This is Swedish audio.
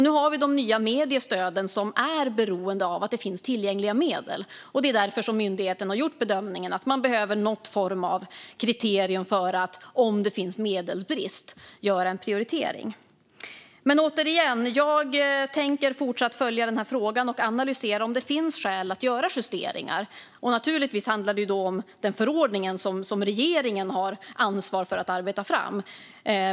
Nu har vi de nya mediestöden som är beroende av att det finns tillgängliga medel. Det är därför som myndigheten har gjort bedömningen att man behöver någon form av kriterium för att, om det finns medelbrist, göra en prioritering. Återigen: Jag tänker fortsätta att följa den här frågan och analysera om det finns skäl att göra justeringar. Naturligtvis handlar det då om den förordning som regeringen har ansvar för att arbeta fram.